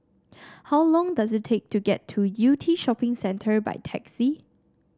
how long does it take to get to Yew Tee Shopping Centre by taxi